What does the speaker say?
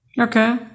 Okay